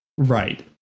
right